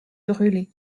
brûlée